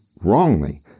wrongly